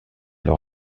leur